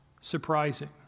surprising